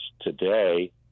today